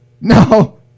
No